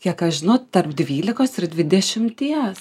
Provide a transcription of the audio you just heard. kiek aš žinau tarp dvylikos ir dvidešimties